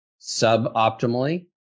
suboptimally